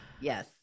yes